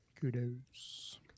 kudos